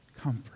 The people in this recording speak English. comfort